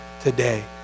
today